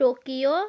Tokyo